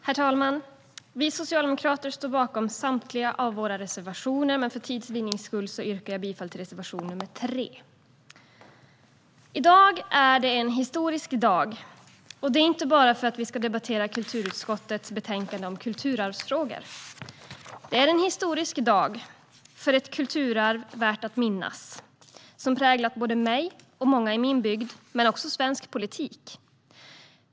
Herr talman! Vi socialdemokrater står bakom samtliga av våra reservationer, men för tids vinnande yrkar jag bifall endast till reservation 3. I dag är en historisk dag, och det är inte bara för att vi ska debattera kulturutskottets betänkande om kulturarvsfrågor. Det är en historisk dag för ett kulturarv värt att minnas. Det har präglat mig och många i min bygd men också svensk politik.